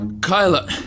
Kyla